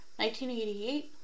1988